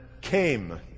came